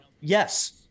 yes